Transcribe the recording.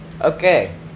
okay